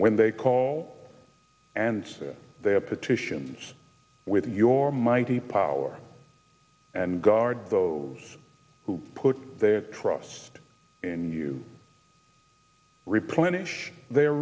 when they call and they have petitions with your mighty power and guard those who put their trust in you replenish their